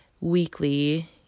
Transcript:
weekly